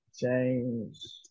James